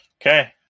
Okay